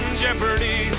jeopardy